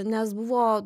nes buvo